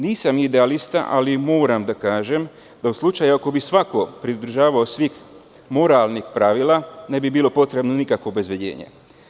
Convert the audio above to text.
Nisam idealista, ali moram da kažem da ako bi se u slučaju, svako pridržavao moralnih pravila, ne bi bilo potrebno nikakvo obezbeđenje.